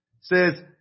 says